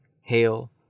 hail